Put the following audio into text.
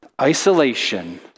isolation